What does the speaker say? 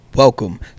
Welcome